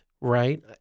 right